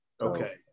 Okay